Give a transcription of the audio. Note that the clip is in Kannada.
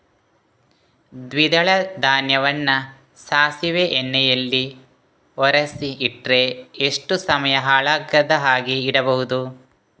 ದ್ವಿದಳ ಧಾನ್ಯವನ್ನ ಸಾಸಿವೆ ಎಣ್ಣೆಯಲ್ಲಿ ಒರಸಿ ಇಟ್ರೆ ಎಷ್ಟು ಸಮಯ ಹಾಳಾಗದ ಹಾಗೆ ಇಡಬಹುದು?